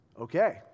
Okay